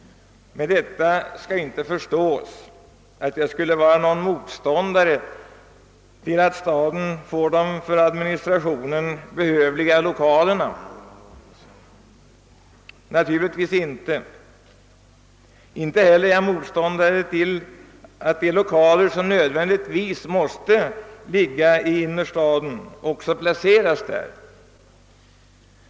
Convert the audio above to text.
Vad jag nu sagt skall inte uppfattas så, att jag skulle vara motståndare till att staten här i staden får de för förvaltningen behövliga lokalerna. Det är jag naturligtvis inte. Inte heller är jag motståndare till att de lokaler som nödvändigtvis måste ligga i innerstaden också placeras där.